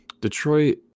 Detroit